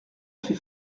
fait